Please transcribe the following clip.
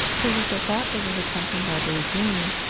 or with the thought that it had come from barbury green.